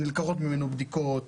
נלקחות ממנו בדיקות,